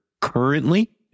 currently